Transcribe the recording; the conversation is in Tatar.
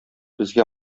безгә